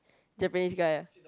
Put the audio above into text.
Japanese guy ah